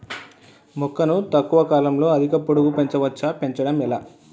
మొక్కను తక్కువ కాలంలో అధిక పొడుగు పెంచవచ్చా పెంచడం ఎలా?